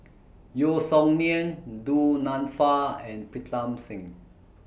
Yeo Song Nian Du Nanfa and Pritam Singh